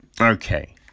Okay